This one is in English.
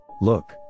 Look